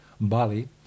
Bali